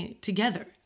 together